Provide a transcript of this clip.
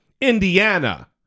Indiana